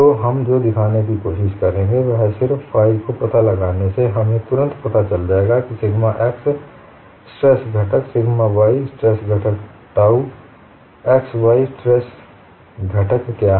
तो हम जो दिखाने की कोशिश करेंगे वह सिर्फ phi का पता लगाने से हमें तुरंत पता चल जाएगा कि सिग्मा x स्ट्रेस घटक सिग्मा y स्ट्रेस घटक टाउ xy स्ट्रेस घटक क्या है